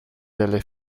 delle